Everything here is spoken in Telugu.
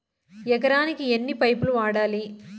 ఎకరాకి ఎన్ని పైపులు వాడాలి?